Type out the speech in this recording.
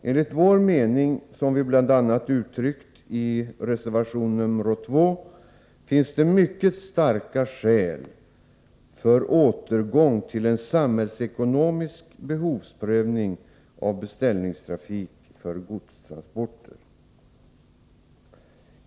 Enligt vår mening, som vi uttryckt bl.a. i reservation nr 2, finns det mycket starka skäl för återgång till en samhällsekonomisk behovsprövning av beställningstrafik för godstransporter.